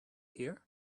here